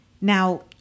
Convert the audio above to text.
now